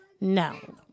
no